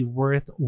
worth